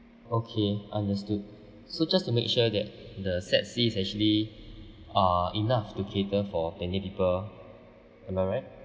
okay understood so just to make sure that the set C is actually uh enough to cater for twenty people am I right